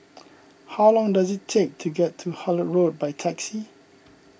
how long does it take to get to Hullet Road by taxi